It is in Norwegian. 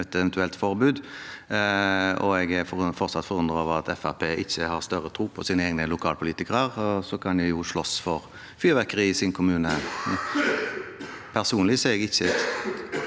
et eventuelt forbud. Jeg er fortsatt forundret over at Fremskrittspartiet ikke har større tro på sine egne lokalpolitikere – de kan jo slåss for fyrverkeri i sin kommune. Personlig er jeg ikke